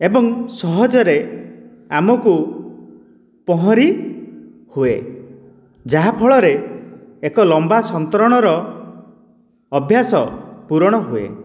ଏବଂ ସହଜରେ ଆମକୁ ପହଁରି ହୁଏ ଯାହାଫଳରେ ଏକ ଲମ୍ବା ସନ୍ତରଣ ର ଅଭ୍ୟାସ ପୁରଣ ହୁଏ